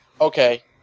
okay